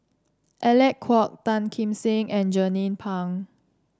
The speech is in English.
Alec Kuok Tan Kim Seng and Jernnine Pang